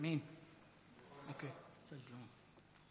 אני יכול הערה?